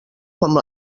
com